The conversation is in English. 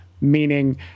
Meaning